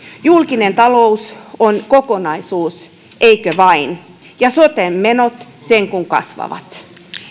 julkinen talous on kokonaisuus eikö vain ja soten menot sen kun kasvavat